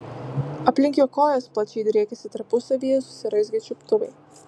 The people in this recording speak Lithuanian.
aplink jo kojas plačiai driekėsi tarpusavyje susiraizgę čiuptuvai